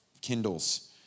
kindles